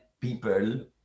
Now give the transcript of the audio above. people